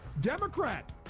Democrat